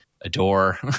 adore